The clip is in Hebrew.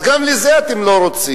אז גם את זה אתם לא רוצים.